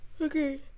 okay